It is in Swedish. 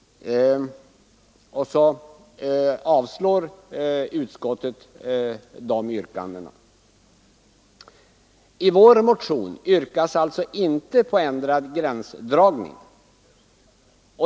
Utskottet avslår våra yrkanden. I vår motion yrkas alltså inte på ändrad gränsdragning.